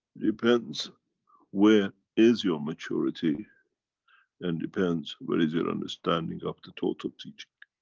depends where is your maturity and depends where is your understanding of the total teaching.